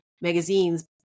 magazines